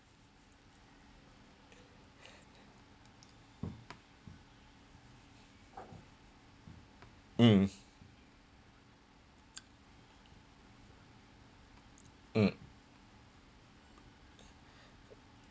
mm mm